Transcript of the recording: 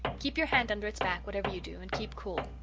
keep your hand under its back, whatever you do, and keep cool.